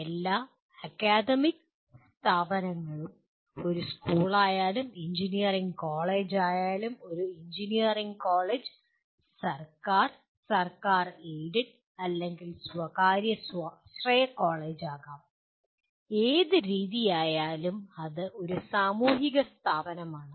എല്ലാ അക്കാദമിക് സ്ഥാപനങ്ങളും ഒരു സ്കൂളായാലും എഞ്ചിനീയറിംഗ് കോളേജായാലും ഒരു എഞ്ചിനീയറിംഗ് കോളേജ് സർക്കാർ സർക്കാർ എയ്ഡഡ് അല്ലെങ്കിൽ സ്വകാര്യ സ്വാശ്രയ കോളേജ് ആകാം ഏത് രീതിയിലായാലും അത് ഒരു സാമൂഹിക സ്ഥാപനമാണ്